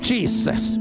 Jesus